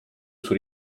usu